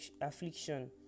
affliction